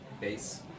Bass